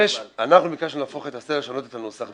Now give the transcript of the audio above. אנחנו ביקשנו להפוך את הסדר ולשנות את הנוסח.